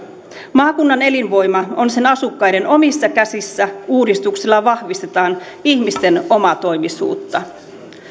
maakunnan elinvoima on sen asukkaiden omissa käsissä uudistuksella vahvistetaan ihmisten omatoimisuutta